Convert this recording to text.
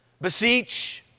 Beseech